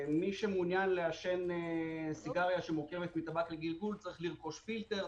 מי שמעוניין לעשן סיגריה שמורכבת מטבק לגלגול צריך לרכוש פילטר,